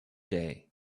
day